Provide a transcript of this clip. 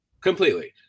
completely